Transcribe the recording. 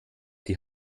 die